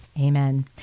Amen